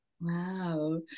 Wow